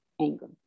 anger